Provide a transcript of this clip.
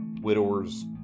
widower's